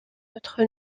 autre